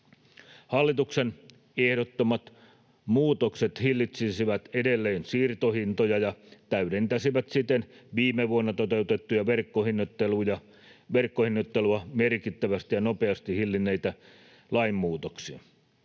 Hallituksen ehdottamat muutokset hillitsisivät edelleen siirtohintoja ja täydentäisivät siten viime vuonna toteutettuja verkkohinnoittelua merkittävästi ja nopeasti hillinneitä lainmuutoksia.